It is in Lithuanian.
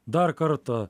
dar kartą